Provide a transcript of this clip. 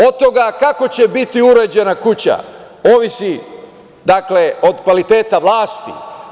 Od toga kako će biti uređena kuća ovisi od kvaliteta vlasti.